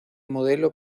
modelo